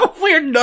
Weird